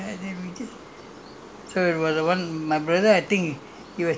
the when the fruits uh you know already to eat uh then we just